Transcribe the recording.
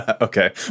Okay